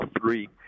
three